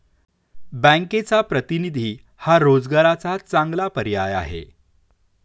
बँकचा प्रतिनिधी हा रोजगाराचा चांगला पर्याय आहे